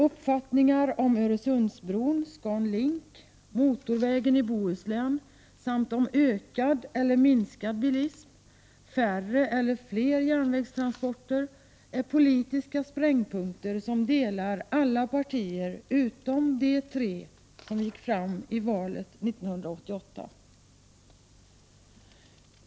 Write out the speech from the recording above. Uppfattningar om Öresundsbron, ScanLink, motorvägen i Bohuslän samt om ökad eller minskad bilism, färre eller fler järnvägstransporter, är politiska sprängpunkter som delar alla partier utom de tre som gick fram i valet 1988.